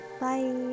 bye